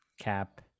Cap